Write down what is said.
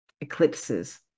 eclipses